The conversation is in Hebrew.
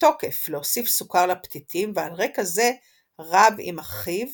בתוקף להוסיף סוכר לפתיתים, ועל רקע זה רב עם אחיו